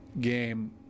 game